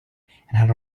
had